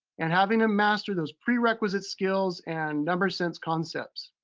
and having them master those prerequisite skills and number sense concepts.